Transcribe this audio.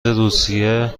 روسیه